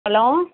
hello